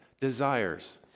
desires